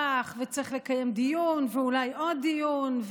וצריך לקיים דיון ואולי עוד דיון,